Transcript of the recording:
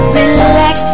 relax